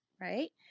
right